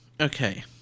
Okay